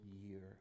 year